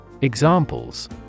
Examples